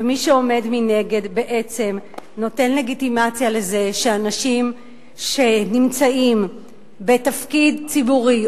ומי שעומד מנגד בעצם נותן לגיטימציה לזה שאנשים שנמצאים בתפקיד ציבורי,